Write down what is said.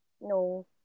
No